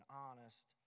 honest